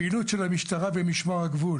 הפעילות של המשטרה ומשמר הגבול